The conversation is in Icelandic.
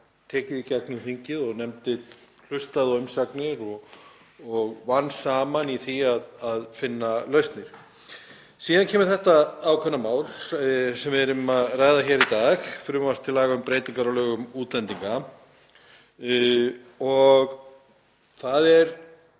tekið í gegnum þingið þar sem nefndin hlustaði á umsagnir og vann saman í því að finna lausnir. Síðan kemur þetta ákveðna mál sem við erum að ræða hér í dag, frumvarp til laga um breytingu á lögum um útlendinga. Það er